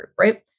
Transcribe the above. right